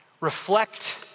reflect